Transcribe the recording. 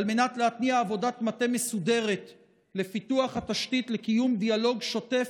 ולהתניע עבודת מטה מסודרת לפיתוח התשתית לקיום דיאלוג שוטף,